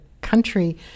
country